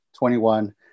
21